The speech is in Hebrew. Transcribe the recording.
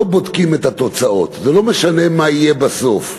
לא בודקים את התוצאות, לא משנה מה יהיה בסוף.